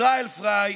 ישראל פריי,